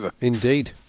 Indeed